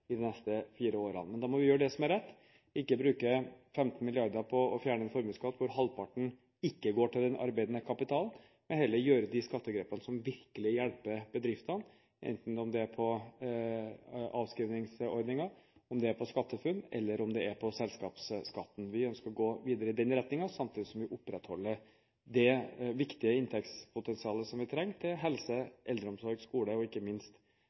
de neste fire årene. Da må vi gjøre det som er rett, ikke bruke 15 mrd. kr på å fjerne formuesskatt, hvor halvparten ikke går til den arbeidende kapitalen, men heller gjøre de skattegrepene som virkelig hjelper bedriftene, enten det er på avskrivningsordninger, på SkatteFUNN eller på selskapsskatten. Vi ønsker å gå videre i den retningen, samtidig som vi opprettholder det viktige inntektspotensialet vi trenger til helse, eldreomsorg, skole og ikke minst